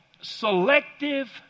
selective